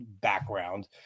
background